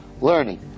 Learning